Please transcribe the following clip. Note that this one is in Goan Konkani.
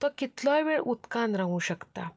तो कितलोय वेळ उदकांत रावूं शकता